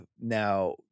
now